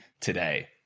today